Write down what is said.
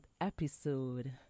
episode